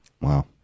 Wow